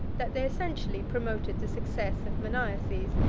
that they essentially promoted the success of maniaces,